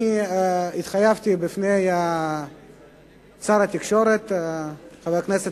אני התחייבתי בפני שר התקשורת חבר הכנסת